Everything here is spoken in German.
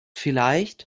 vielleicht